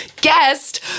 guest